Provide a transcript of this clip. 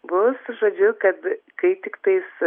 bus žodžiu kad kai tiktais